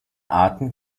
arten